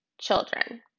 children